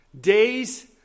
Days